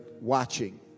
watching